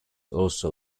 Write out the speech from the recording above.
also